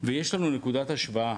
יש לנו נקודת השוואה,